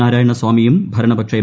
നാരായണ സ്വാമിയും ഭരണപക്ഷ എം